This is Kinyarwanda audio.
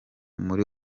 muri